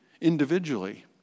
individually